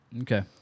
Okay